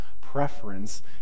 Preference